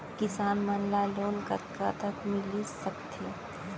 किसान मन ला लोन कतका तक मिलिस सकथे?